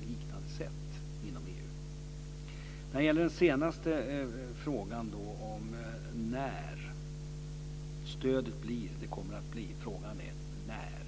liknande sätt inom EU. Den sista frågan var när. Stödet kommer att bli av. Frågan är när.